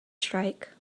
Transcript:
strike